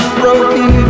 broken